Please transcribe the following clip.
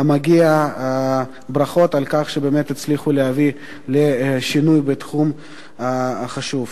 מגיעות ברכות על כך שבאמת הצליחו להביא לשינוי בתחום החשוב הזה.